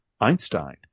Einstein